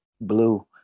blue